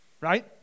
Right